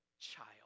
child